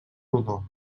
rodó